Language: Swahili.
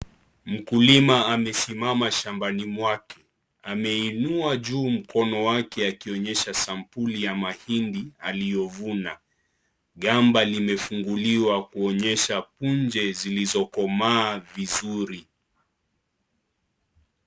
Mkulima amesimama shambani mwake ameinua juu mkono wake akionyesha sampuli ya mahindi aliyovuna. Gamba limefunguliwa kuonyesha punje zilizokomaa vizuri.